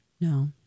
No